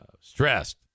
stressed